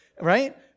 right